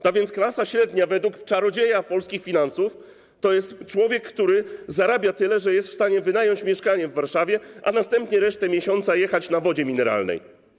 Tak więc klasa średnia według czarodzieja polskich finansów to jest człowiek, który zarabia tyle, że jest w stanie wynająć mieszkanie w Warszawie, a następnie przez resztę miesiąca jechać na wodzie mineralnej.